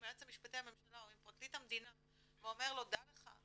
היועץ המשפטי לממשלה או עם פרקליט המדינה והוא אומר לו "דע לך,